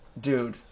Dude